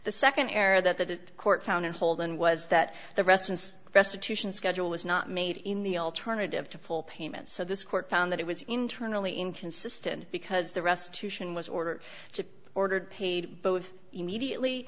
the nd air that that it court found a hold and was that the rest and restitution schedule was not made in the alternative to pull payments so this court found that it was internally inconsistent because the rest touche an was order to ordered paid both immediately